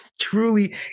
truly